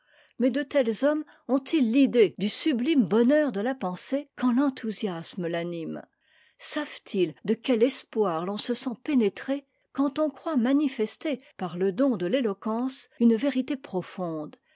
mais de tels hommes ont-ils l'idée du sublime bonheur de la pensée quand t'enthousiasme tanime savent iis de quel espoir l'on se sent pénétré quand on croit manifester par le don de l'éloquence une vérité profonde